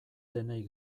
denei